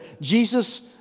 Jesus